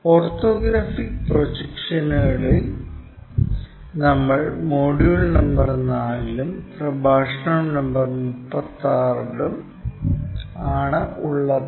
orthographic പ്രൊജക്ഷനുകളിൽ നമ്മൾ module number 4 ലും പ്രഭാഷണ നമ്പർ 36 ലും module number 4 lecture number 36 ആണുള്ളത്